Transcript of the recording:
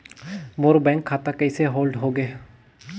मोर bank खाता कइसे hold होगे?